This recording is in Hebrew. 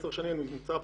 עשר שנים אני נמצא פה,